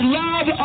love